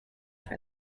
for